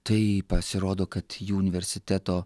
tai pasirodo kad jų universiteto